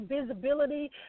visibility